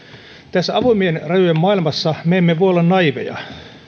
tässä avoimien rajojen maailmassa me emme voi olla naiiveja